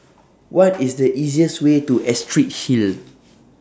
What IS The easiest Way to Astrid Hill